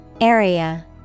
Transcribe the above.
Area